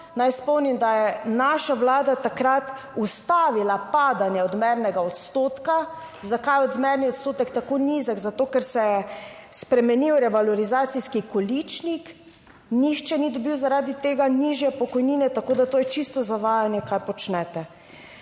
Naj spomnim, da je naša vlada takrat ustavila padanje odmernega odstotka. Zakaj je odmerni odstotek tako nizek? Zato, ker se je spremenil revalorizacijski količnik. Nihče ni dobil zaradi tega nižje pokojnine, tako da to je čisto zavajanje, kaj počnete.